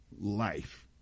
life